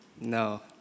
No